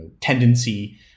tendency